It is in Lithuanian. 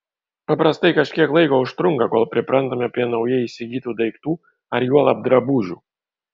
paprastai kažkiek laiko užtrunka kol priprantame prie naujai įsigytų daiktų ar juolab drabužių